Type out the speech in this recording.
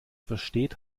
versteht